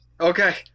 Okay